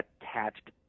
attached